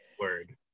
word